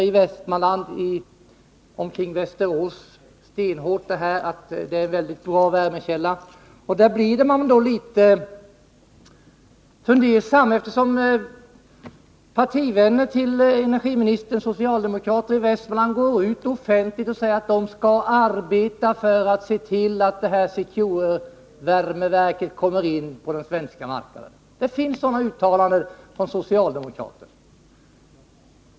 I Västmanland, omkring Västerås, drivs stenhårt kampanjen att Secure är en bra värmekälla. Man blir litet fundersam, eftersom partivänner till energiministern — socialdemokrater i Västmanland — går ut offentligt och säger att de skall arbeta för att se till att Secure-värmeverket kommer in på den svenska marknaden. Det finns sådana uttalanden av socialdemokrater.